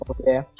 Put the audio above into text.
Okay